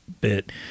bit